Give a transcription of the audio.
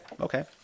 okay